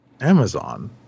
Amazon